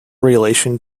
relation